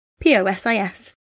POSIS